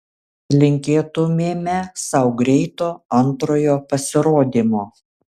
linkėtumėme sau greito antrojo pasirodymo